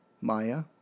Maya